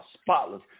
spotless